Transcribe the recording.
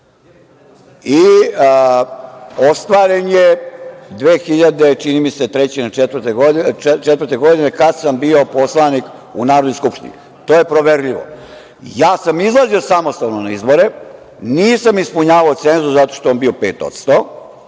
i ostvaren je 2003. ili 2004. godine kada sam bio poslanik u Narodnoj skupštini. To je proverljivo. Ja sam izlazio samostalno na izbore. Nisam ispunjavao cenzus zato što je on bio 5%.